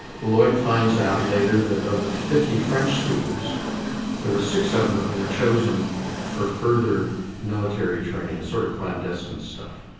lloyd finds out later that of the fifty french speakers there were six of them were chosen for further military training a sort of clandestine stuff.